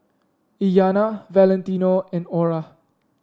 Iyana Valentino and Orah